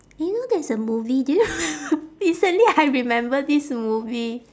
eh you know there's a movie do you recently I remember this movie